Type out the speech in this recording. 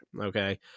Okay